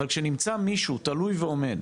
אבל שנמצא מישהו תלוי ועומד